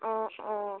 অঁ অঁ